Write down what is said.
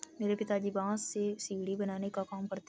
मेरे पिताजी बांस से सीढ़ी बनाने का काम करते हैं